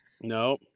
No